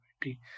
community